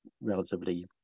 relatively